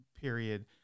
period